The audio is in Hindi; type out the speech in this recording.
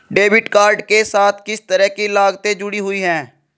डेबिट कार्ड के साथ किस तरह की लागतें जुड़ी हुई हैं?